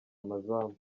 amazamu